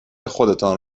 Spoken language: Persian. خودتان